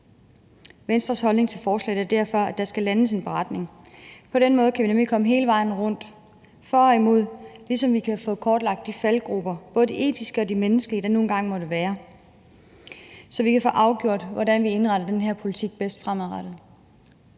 Venstres holdning til forslaget er derfor, at der skal landes en beretning. På den måde kan vi nemlig komme hele vejen rundt om argumenterne for og imod, ligesom vi kan få kortlagt de faldgruber, både de etiske og de menneskelige, der nu engang måtte være, så vi kan få afgjort, hvordan vi indretter den her politik bedst fremadrettet.